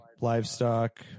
livestock